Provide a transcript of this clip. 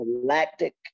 galactic